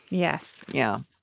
yes. yeah.